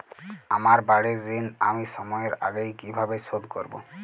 আমার বাড়ীর ঋণ আমি সময়ের আগেই কিভাবে শোধ করবো?